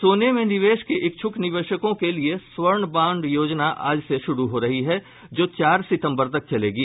सोने में निवेश के इच्छुक निवेशकों के लिए स्वर्ण बांड योजना आज से शुरू हो रही है जो चार सितंबर तक चलेगी